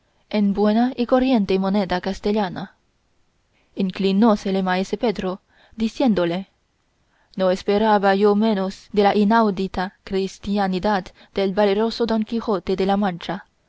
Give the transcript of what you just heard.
en buena y corriente moneda castellana inclinósele maese pedro diciéndole no esperaba yo menos de la inaudita cristiandad del valeroso don quijote de la mancha